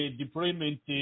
deployment